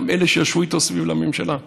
גם אלה שישבו איתו סביב שולחן הממשלה.